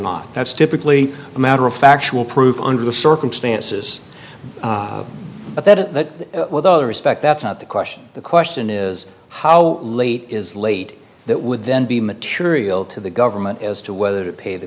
not that's typically a matter of factual proof under the circumstances but that the respect that's not the question the question is how late is late that would then be material to the government as to whether to pay the